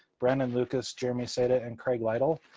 brandon lucas, jeremy seda, and kraig lytle.